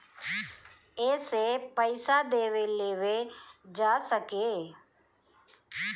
एसे पइसा देवे लेवे जा सके